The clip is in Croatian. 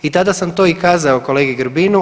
I tada sam to i kazao kolegi Grbinu.